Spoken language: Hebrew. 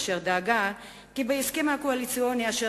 אשר דאגה כי בהסכם הקואליציוני שהיא